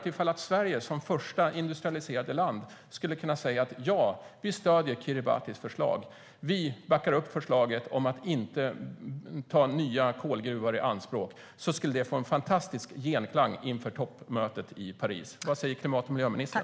Ifall Sverige som första industrialiserade land skulle kunna säga att vi stöder Kiribatis förslag om att inte ta nya kolgruvor i anspråk tror jag att det skulle få en fantastisk genklang inför toppmötet i Paris. Vad säger klimat och miljöministern?